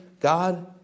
God